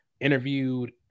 interviewed